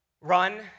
run